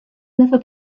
never